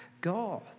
God